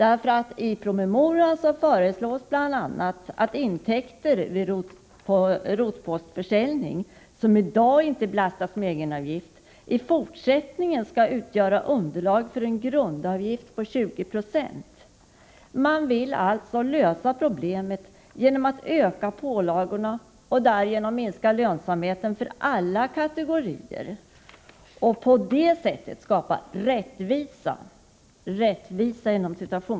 I promemorian föreslås bl.a. att intäkter vid rotpostförsäljning, som i dag inte belastas av egenavgift, i fortsättningen skall utgöra underlag för en grundavgift på 20 26. Man vill alltså lösa problemet genom att öka pålagorna och därmed minska lönsamheten för alla kategorier och på det sättet skapa ”rättvisa”.